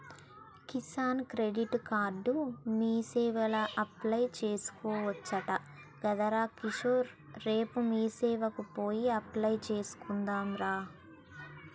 Kisan credit card మీసేవల apply చేసుకోవచ్చట గదరా కిషోర్ రేపు మీసేవకు పోయి అప్లై చెద్దాంరా